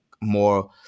more